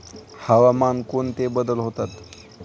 हवामानात कोणते बदल होतात?